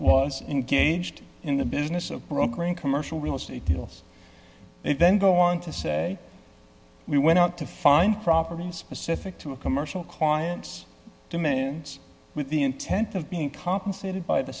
was engaged in the business of brokering commercial real estate deals they then go on to say we went out to find properties specific to a commercial client's demands with the intent of being compensated by the